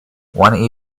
one